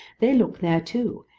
they look there too,